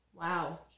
Wow